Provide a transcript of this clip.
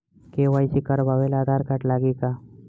KYC करावे ला Aadhaar card लागी का?